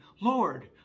Lord